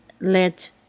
Let